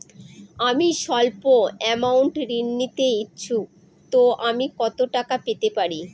আমি সল্প আমৌন্ট ঋণ নিতে ইচ্ছুক তো আমি কত টাকা পেতে পারি?